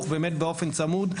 החינוך באופן צמוד,